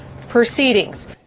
proceedings